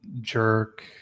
jerk